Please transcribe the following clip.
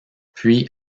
puis